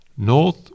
North